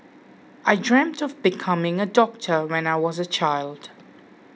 I dreamt of becoming a doctor when I was a child